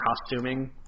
costuming